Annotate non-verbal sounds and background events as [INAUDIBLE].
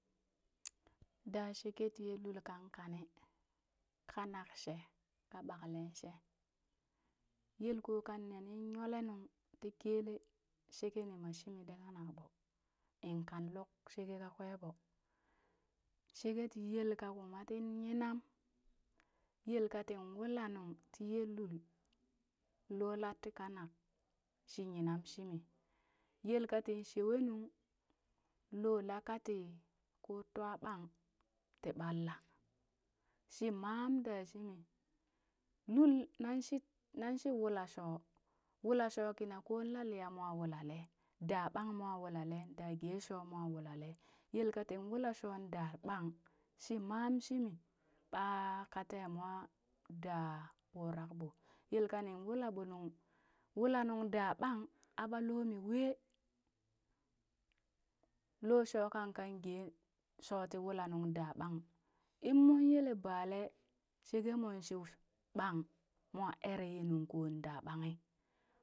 [NOISE] Da sheke ti yel lul kan kane kanak shee, ka ɓakle she yelkoo kanne nin nyoole nung tii kele shekeni mang shimii tii kanak ɓoo in kan luk sheke kakwee ɓoo, sheke tii yelka kuma tin nyinam yelka tin wula nuŋ tii yee lul loola ti kanak shi yinam shimi yela tin shewe nuŋ loo lakati koo twaɓang tii ɓalla shi mam ɗaa shii mi lul nan shi nan shi wula shoo wula shoo kina ƙoo la liya mwa wulale, da bang mwa wulale da gee shoo mwa wulale, yelka tin wula shoon daa ɓang shii maam shimi, ɓaa ka temoo daa ɓurak ɓoo yelka tin wula ɓo nung wulanun da ɓang aɓa loomi wee, loo shoo kan kan gee shoo tii wulanung da ɓang im mon yele bale sheke mon shi ɓang mwa eree ye nung koo daa ɓanghi.